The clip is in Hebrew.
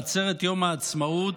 בעצרת יום העצמאות,